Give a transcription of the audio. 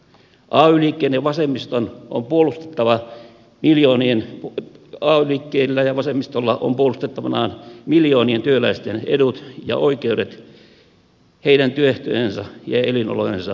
ay liikkeellä ja vasemmiston lopulta la miljoonien paul vittinä vasemmistolla on puolustettavanaan miljoonien työläisten edut ja oikeudet heidän työehtojensa ja elinolojensa turvaamisessa